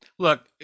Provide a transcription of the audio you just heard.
Look